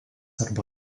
arba